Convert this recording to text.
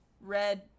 red